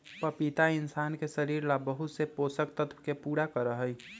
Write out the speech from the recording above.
पपीता इंशान के शरीर ला बहुत से पोषक तत्व के पूरा करा हई